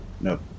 Nope